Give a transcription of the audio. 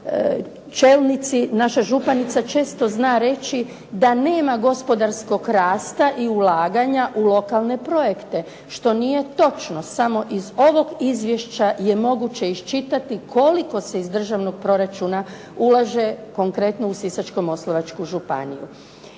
naša županica često zna reći, da nema gospodarskog rasta i ulaganja u lokalne projekte. Što nije točno. Samo iz ovog izvješća je moguće iščitati koliko se iz državnog proračuna ulaže konkretno u Sisačko-moslavačku županiju.